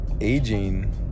aging